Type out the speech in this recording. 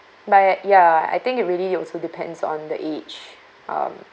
but ya I think it really also depends on the age um